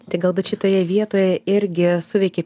tai galbūt šitoje vietoje irgi suveikė